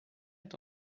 est